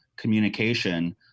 communication